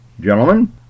gentlemen